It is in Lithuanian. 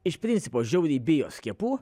iš principo žiauriai bijo skiepų